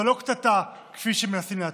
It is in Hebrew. זו לא קטטה, כפי שמנסים להציג.